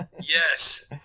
yes